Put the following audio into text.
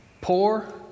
poor